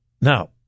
Now